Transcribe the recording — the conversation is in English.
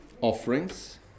offerings